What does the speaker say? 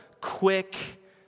quick